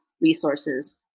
resources